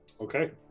Okay